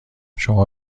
شما